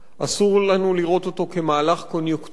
אסור לנו לראות אותו כמהלך קוניוקטורלי,